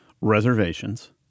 reservations